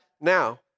now